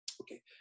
okay